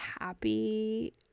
happy